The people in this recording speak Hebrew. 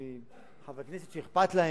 טובים, חברי כנסת שאכפת להם,